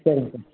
சரிங்க சார்